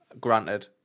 granted